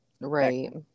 right